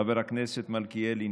חבר הכנסת מלכיאלי,